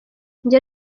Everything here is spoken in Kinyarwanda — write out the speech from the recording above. njye